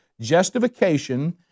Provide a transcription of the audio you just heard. Justification